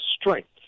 strength